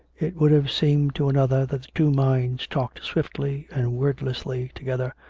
it would have seemed to another that the two minds talked swiftly and wordlessly together,